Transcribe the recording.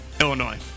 Illinois